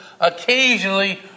occasionally